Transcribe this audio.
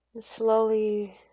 slowly